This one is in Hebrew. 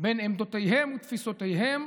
בין עמדותיהם ותפיסותיהם